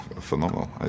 phenomenal